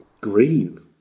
Green